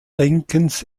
denkens